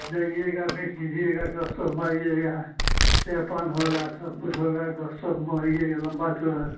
जाइएगा भेट कीजिएगा गप शप मारिएगा चाय पान होगा सब कुछ होगा गप शप मारिएगा लम्बा चौड़ा